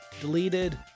deleted